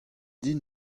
din